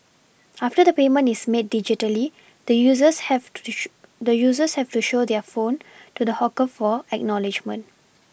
after the payment is made digitally the users have to show the users have to show their phone to the hawker for acknowledgement